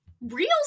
real